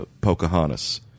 Pocahontas